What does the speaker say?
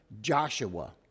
Joshua